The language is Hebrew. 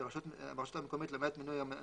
ברשויות קטנות אתה תגיע לרמה של סגן מנהל מחלקה.